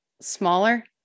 smaller